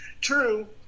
True